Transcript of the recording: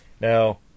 Now